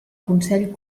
consell